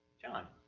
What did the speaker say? john?